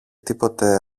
τίποτε